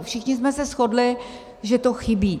Všichni jsme se shodli, že to chybí.